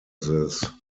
this